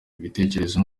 ibitekerezo